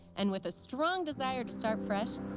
and with a strong desire to start fresh,